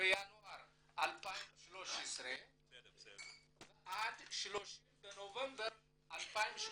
בינואר 2013 ועד 30 בנובמבר 2018,